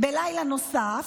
בלילה נוסף,